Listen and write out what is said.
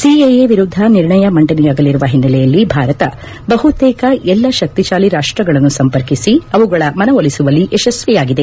CAA ವಿರುದ್ದ ನಿರ್ಣಯ ಮಂಡನೆಯಾಗಲಿರುವ ಹಿನ್ನೆಲೆಯಲ್ಲಿ ಭಾರತ ಬಹುತೇಕ ಎಲ್ಲ ಶಕ್ತಿಶಾಲಿ ರಾಷ್ಟ್ರಗಳನ್ನು ಸಂಪರ್ಕಿಸಿ ಅವುಗಳ ಮನವೊಲಿಸುವಲ್ಲಿ ಯಶಸ್ವಿಯಾಗಿದೆ